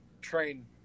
train